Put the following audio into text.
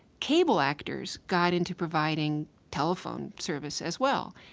cable actors got into providing telephone service as well.